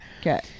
Okay